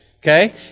Okay